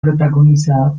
protagonizada